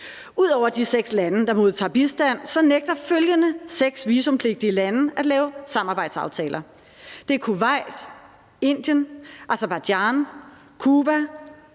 Ud over de 6 lande, der modtager bistand, nægter følgende 6 visumpligtige lande at lave samarbejdsaftaler: Det er Kuwait, Indien, Aserbajdsjan, Cuba,